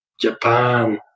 Japan